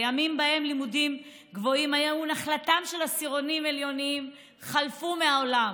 הימים שבהם לימודים גבוהים היו נחלתם של עשירונים עליונים חלפו מהעולם,